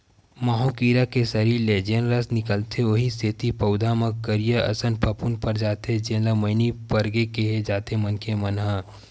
माहो कीरा के सरीर ले जेन रस निकलथे उहीं सेती पउधा म करिया असन फफूंद पर जाथे जेला मइनी परगे कहिथे मनखे मन ह